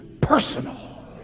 personal